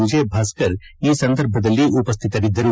ವಿಜಯ್ ಭಾಸ್ಕರ್ ಈ ಸಂದರ್ಭದಲ್ಲಿ ಉಪಶ್ವಿತರಿದ್ದರು